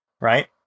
right